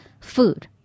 food